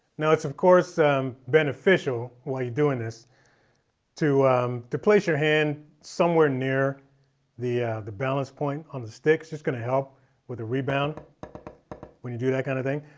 now it's of course beneficial while you're doing this to to place your hand somewhere near the the balance point on the sticks. it's just going to help with the rebound when you do that kind of thing.